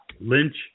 Lynch